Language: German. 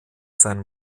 seinem